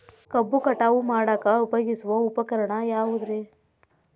ಕಬ್ಬು ಕಟಾವು ಮಾಡಾಕ ಉಪಯೋಗಿಸುವ ಉಪಕರಣ ಯಾವುದರೇ?